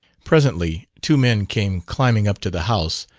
presently two men came climbing up to the house,